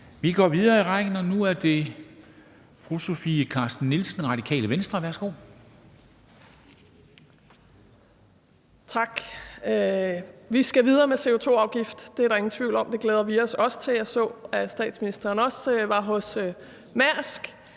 Vi går videre i rækken, og nu er det fru Sofie Carsten Nielsen, Radikale Venstre. Værsgo. Kl. 13:27 Spm. nr. US 41 Sofie Carsten Nielsen (RV): Tak. Vi skal videre med en CO2-afgift; det er der ingen tvivl om. Det glæder vi os også til. Jeg så, at statsministeren også var hos Mærsk